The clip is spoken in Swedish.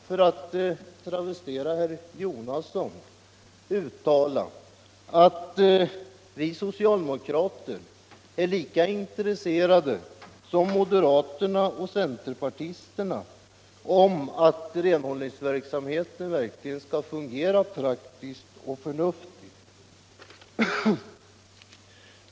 För att travestera herr Jonasson kan jag säga att vi socialdemokrater är lika intresserade som moderater och centerpartister av att renhållningsverksamheten fungerar praktiskt och förnuftigt.